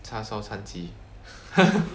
叉烧掺鸡